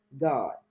God